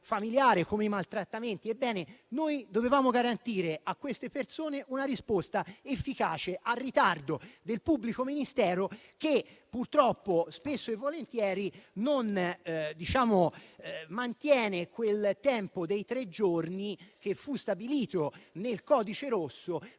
come i maltrattamenti. Ebbene, dovevamo garantire a queste persone una risposta efficace al ritardo del pubblico ministero che, purtroppo, spesso e volentieri non mantiene il termine dei tre giorni stabilito nel codice rosso